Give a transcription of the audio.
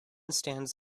stands